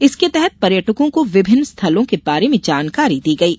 इसके तहत पर्यटकों को विभिन्न स्थलों के बारे में जानकारी दी गयी